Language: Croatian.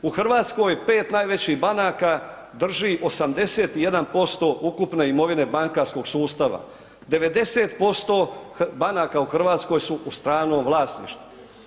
U Hrvatskoj 5 najvećih banaka drži 81% ukupne imovine bankarskog sustava, 90% banaka u Hrvatskoj su u stranom vlasništvu.